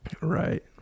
Right